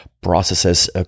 processes